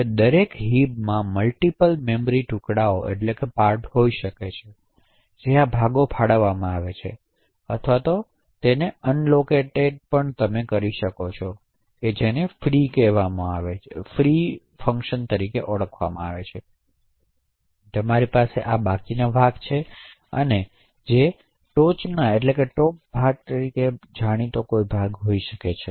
હવે દરેક હિપમાં મલ્ટીપલ મેમરી ટુકડાઓ હોઈ શકે છે તેથી આ ભાગોને ફાળવવામાં આવી શકે છે અથવા અનલોકટેડ કરી શકાય છે જેને ફ્રી ટંક તરીકે પણ ઓળખવામાં આવે છે અને તમારી પાસે અંતિમ બાકીની ભાગ માટે ટોચની ભાગ તરીકે જાણીતી કંઈક પણ હોઈ શકે છે